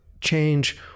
change